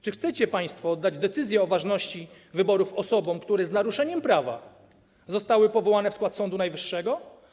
Czy chcecie państwo oddać decyzję o ważności wyborów osobom, które z naruszeniem prawa zostały powołane w skład Sądu Najwyższego?